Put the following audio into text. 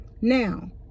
Now